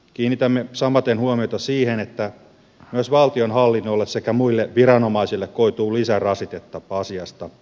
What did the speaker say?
kiinnitämme samaten huomiota siihen että myös valtionhallinnolle sekä muille viranomaisille koituu lisärasitetta asiasta